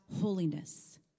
holiness